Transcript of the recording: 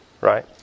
right